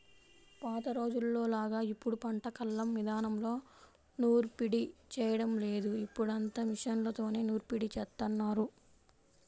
పాత రోజుల్లోలాగా ఇప్పుడు పంట కల్లం ఇదానంలో నూర్పిడి చేయడం లేదు, ఇప్పుడంతా మిషన్లతోనే నూర్పిడి జేత్తన్నారు